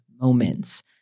moments